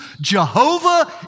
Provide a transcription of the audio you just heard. Jehovah